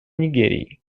нигерии